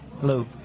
Hello